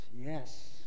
yes